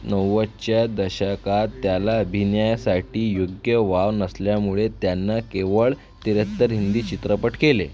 नव्वदच्या दशकात त्याला अभिनयासाठी योग्य वाव नसल्यामुळे त्यानं केवळ त्र्याहत्तर हिंदी चित्रपट केले